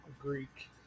Greek